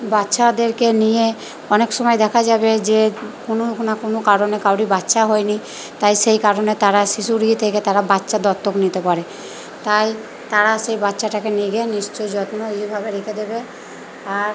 বাচ্চাদেরকে নিয়ে অনেক সময় দেখা যাবে যে কোনো না কোনো কারণে কারোর বাচ্চা হয় নি তাই সেই কারণে তারা শিশুর ইয়ে থেকে তারা বাচ্চা দত্তক নিতে পারে তাই তারা সেই বাচ্চাটাকে নিয়ে গিয়ে নিশ্চই যত্ন ইয়েভাবে রেখে দেবে আর